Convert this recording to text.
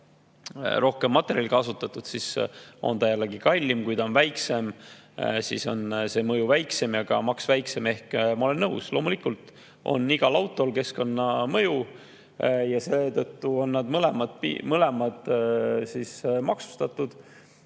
rohkem materjali kasutatud, siis on need jällegi kallimad. Kui see on väiksem, siis on mõju väiksem ja ka maks väiksem. Ma olen nõus, loomulikult on igal autol keskkonnamõju, ja seetõttu on need mõlemad maksustatud